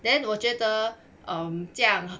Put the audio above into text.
then 我觉得 um 这样